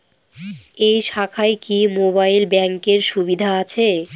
এই শাখায় কি মোবাইল ব্যাঙ্কের সুবিধা আছে?